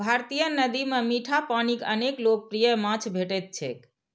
भारतीय नदी मे मीठा पानिक अनेक लोकप्रिय माछ भेटैत छैक